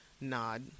nod